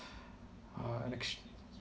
uh next